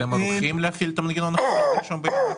אתם ערוכים להפעיל את המנגנון עד ה-1 ביולי?